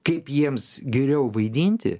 kaip jiems geriau vaidinti